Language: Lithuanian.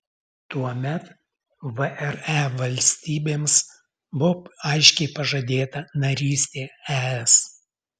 tuomet vre valstybėms buvo aiškiai pažadėta narystė es